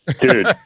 Dude